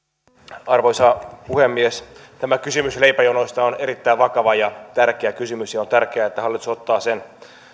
arvoisa puhemies tämä kysymys leipäjonoista on erittäin vakava ja tärkeä kysymys ja on tärkeää että hallitus ottaa sen